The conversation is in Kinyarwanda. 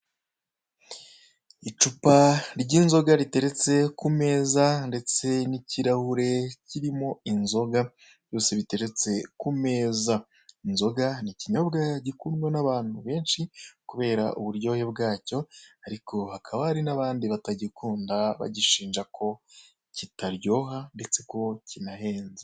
Icupa ry'inzoga riteretse ku meza ndetse n'ikirahure kirimo inzoga byose biteretse ku meza, inzoga ni ikinyobwa gikundwa n'abantu benshi kubera uburyohe bwacyo ariko hakaba hariho n'abandi batagikunda bagishinja ko kitaryoha ndetse ko kinahenze.